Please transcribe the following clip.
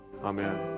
Amen